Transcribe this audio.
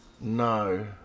No